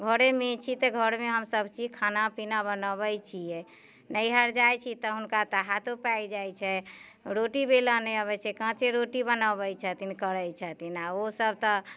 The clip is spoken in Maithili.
घरेमे छी तऽ घरमे हम सभचीज खाना पीना बनोबै छियै नैहर जाइ छी तऽ हुनका तऽ हाथो पाकि जाइ छै रोटी बेलऽ नहि अबै छै काँचे रोटी बनोबै छथिन करै छथिन आओर ओ सभ तऽ